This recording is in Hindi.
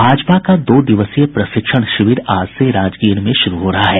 भाजपा का दो दिवसीय प्रशिक्षण शिविर आज से राजगीर में शुरू हो रहा है